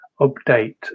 update